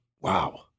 Wow